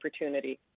opportunity